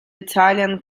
italian